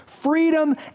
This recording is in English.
freedom